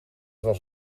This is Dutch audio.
was